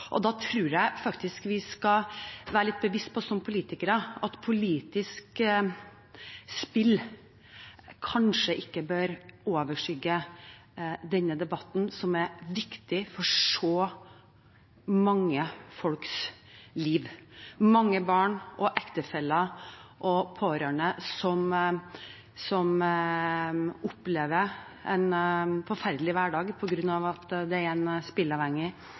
Og jeg tror vi som politikere skal være litt bevisst på at politisk spill kanskje ikke bør overskygge denne debatten, som er viktig for så mange folks liv. At det er mange barn, ektefeller og pårørende som opplever en forferdelig hverdag på grunn av at det er en